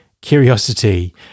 curiosity